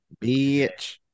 Bitch